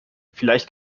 vielleicht